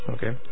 Okay